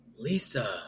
Lisa